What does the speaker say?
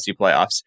playoffs